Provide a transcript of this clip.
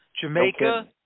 Jamaica